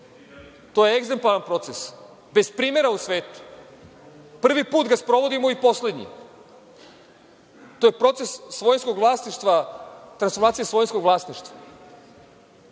To je egzemplaran proces, bez primera u svetu. Prvi put ga sprovodimo i poslednji. To je proces transformacije svojinskog vlasništva,